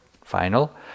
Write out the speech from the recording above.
final